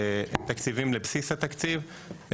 הם תקציבים לבסיס התקציב,